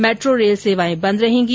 metro rail सेवाएं बंद रहेगी